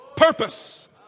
Purpose